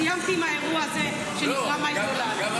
סיימתי עם האירוע הזה שנקרא מאי גולן.